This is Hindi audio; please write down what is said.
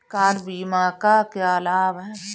कार बीमा का क्या लाभ है?